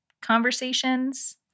conversations